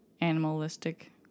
animalistic